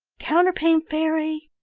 counterpane fairy!